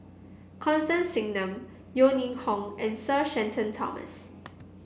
Constance Singam Yeo Ning Hong and Sir Shenton Thomas